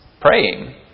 praying